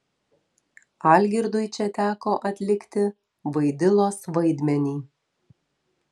algirdui čia teko atlikti vaidilos vaidmenį